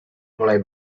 mulai